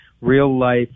real-life